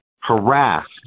harassed